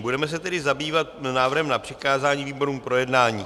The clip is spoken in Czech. Budeme se tedy zabývat návrhem na přikázání výborům k projednání.